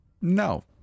No